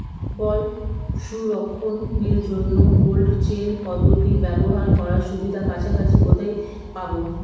ফল সংরক্ষণের জন্য cold chain পদ্ধতি ব্যবহার করার সুবিধা কাছাকাছি কোথায় পাবো?